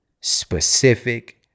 specific